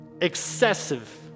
excessive